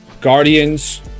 Guardians